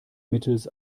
mittels